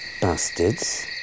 Bastards